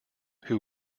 who